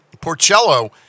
Porcello